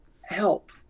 help